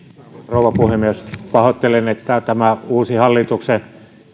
rouva puhemies pahoittelen että tämä uusi hallituksen